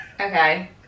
Okay